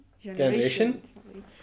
generation